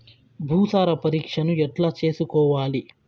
భూసార పరీక్షను ఎట్లా చేసుకోవాలి?